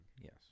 Yes